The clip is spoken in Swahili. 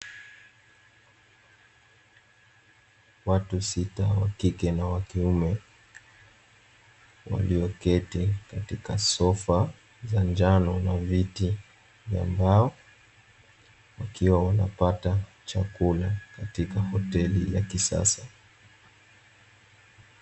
Watu sita wa kike na wa kiume walioketi katika sofa za njano na viti vya mbao, wakiwa wanapata chakula katika hoteli ya kisasa.